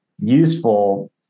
useful